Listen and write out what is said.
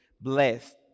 blessed